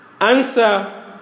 Answer